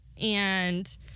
And-